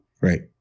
Right